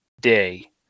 day